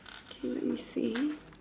can wait me see